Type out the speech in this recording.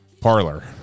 parlor